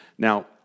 Now